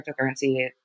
cryptocurrency